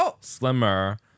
slimmer